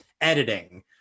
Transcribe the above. editing